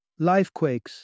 Lifequakes